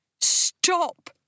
Stop